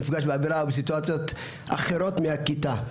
למפגש באווירה ובסיטואציות אחרות ממה שיש בכיתה.